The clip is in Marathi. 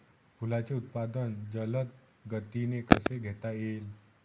फुलांचे उत्पादन जलद गतीने कसे घेता येईल?